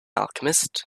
alchemist